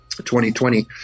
2020